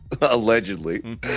allegedly